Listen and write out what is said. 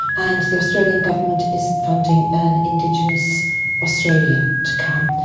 and the australian government is funding an indigenous australian to come.